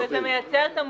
זה גם מייצר תמריץ,